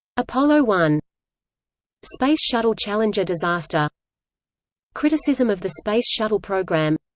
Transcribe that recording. apollo one space shuttle challenger disaster criticism of the space shuttle program